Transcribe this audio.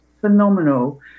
phenomenal